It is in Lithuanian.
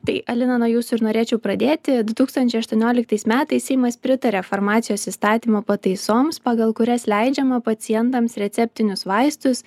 tai alina nuo jūsų ir norėčiau pradėti du tūkstančiai aštuoniolik tais metais seimas pritarė farmacijos įstatymo pataisoms pagal kurias leidžiama pacientams receptinius vaistus